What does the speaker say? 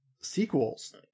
sequels